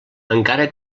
encara